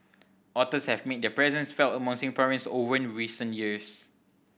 otters have made their presence felt among Singaporeans oven recent years